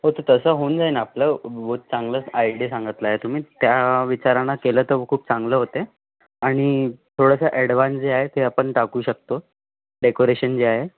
हो तर तसं होऊन जाईल आपलं ब चांगलंच आयडी सांगितला आहे तुम्ही त्या विचारानं केलं तर खूप चांगलं होते आणि थोडंसं ॲडवान जे आहे ते आपण टाकू शकतो डेकोरेशन जे आहे